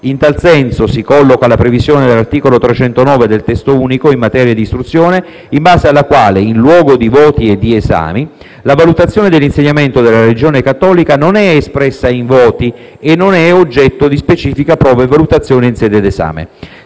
In tal senso, si colloca la previsione dell'articolo 309 del testo unico in materia di istruzione, in base alla quale «in luogo di voti e di esami» la valutazione dell'insegnamento della religione cattolica non è espressa in voti e non è oggetto di specifica prova e valutazione in sede di esame.